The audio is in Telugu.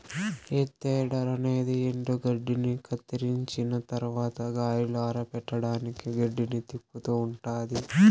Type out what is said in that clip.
హే తెడ్డర్ అనేది ఎండుగడ్డిని కత్తిరించిన తరవాత గాలిలో ఆరపెట్టడానికి గడ్డిని తిప్పుతూ ఉంటాది